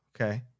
Okay